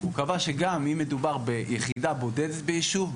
הוא קבע שגם אם מדובר ביחידה בודדת ביישוב,